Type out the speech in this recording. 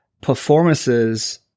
performances